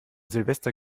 silvester